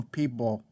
people